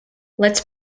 let’s